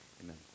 Amen